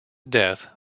death